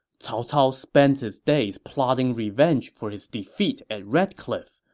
cao cao spends his days plotting revenge for his defeat at red cliff,